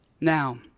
Now